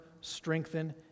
strengthen